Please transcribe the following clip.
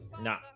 no